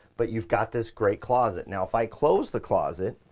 but you've got this great closet. now, if i close the closet,